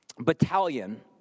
Battalion